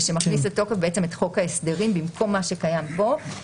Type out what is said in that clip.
ושמכניס לתוקף בעצם את חוק ההסדרים במקום מה שקיים פה.